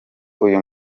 uyu